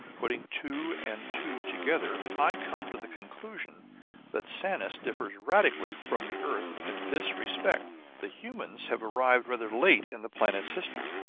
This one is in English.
putting two and two together, i come to the conclusion that sanus differs radically from the earth in this respect the humans have arrived rather late in the planet's history.